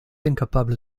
incapable